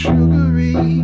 Sugary